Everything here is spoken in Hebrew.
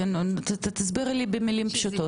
תסבירי לי במילים פשוטות.